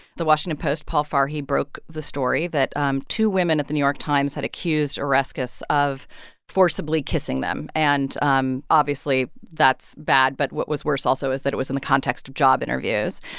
the washington post's paul farhi broke the story that um two women at the new york times had accused oreskes of forcibly kissing them. and, um obviously, that's bad. but what was worse also is that it was in the context of job interviews.